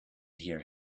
hear